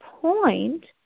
point